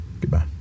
Goodbye